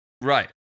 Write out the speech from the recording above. Right